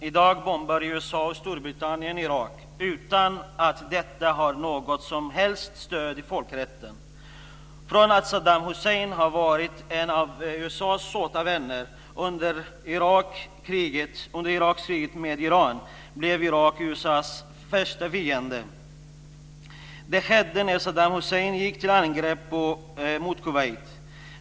I dag bombar USA och Storbritannien Irak utan att detta har något som helst stöd i folkrätten. Från att Saddam Hussein har varit en av USA:s såta vänner under Iraks krig med Iran blev Irak USA:s värsta fiende. Det skedde när Saddam Hussein gick till angrepp mot Kuwait.